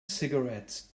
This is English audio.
cigarettes